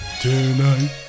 tonight